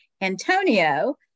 Antonio